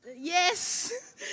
Yes